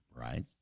right